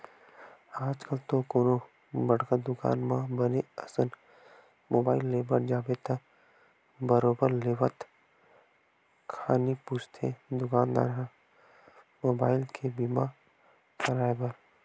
आजकल तो कोनो बड़का दुकान म बने असन मुबाइल ले बर जाबे त बरोबर लेवत खानी पूछथे दुकानदार ह मुबाइल के बीमा कराय बर